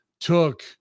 took